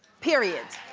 period.